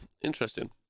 Interesting